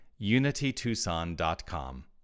unitytucson.com